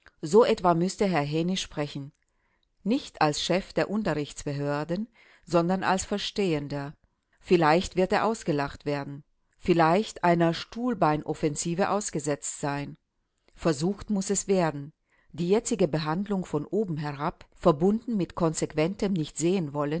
so etwa müßte herr hänisch sprechen nicht als chef der unterrichtsbehörden sondern als verstehender vielleicht wird er ausgelacht werden vielleicht einer stuhlbeinoffensive ausgesetzt sein versucht muß es werden die jetzige behandlung von oben herab verbunden mit konsequentem nichtsehenwollen